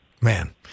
Man